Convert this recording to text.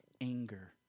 anger